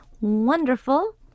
wonderful